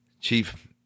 chief